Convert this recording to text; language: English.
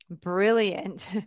brilliant